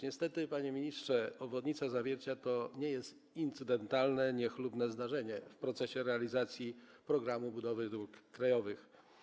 Niestety, panie ministrze, obwodnica Zawiercia to nie jest incydentalne niechlubne zdarzenie w procesie realizacji „Programu budowy dróg krajowych”